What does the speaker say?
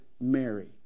Mary